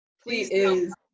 Please